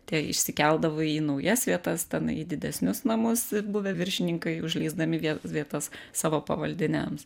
tie išsikeldavo į naujas vietas tenai į didesnius namus buvę viršininkai užleisdami vietas savo pavaldiniams